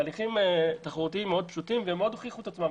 הליכים תחרותיים פשוטים מאוד שהוכיחו את עצמם.